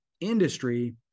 industry